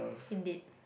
indeed